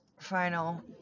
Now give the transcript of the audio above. final